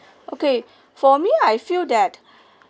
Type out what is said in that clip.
okay for me I feel that